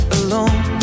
alone